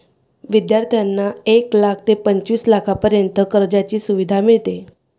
विद्यार्थ्यांना एक लाख ते पंचवीस लाखांपर्यंत कर्जाची सुविधा मिळते